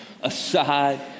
aside